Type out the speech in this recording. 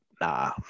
nah